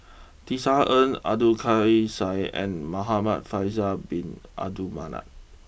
Tisa Ng Abdul Kadir Syed and Muhamad Faisal Bin Abdul Manap